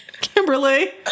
Kimberly